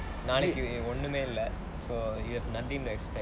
நாளைக்கு ஒண்ணுமே இல்லை:naalaiku onnumae illai so you have nothing to expect